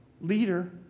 leader